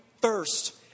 first